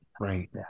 Right